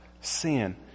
sin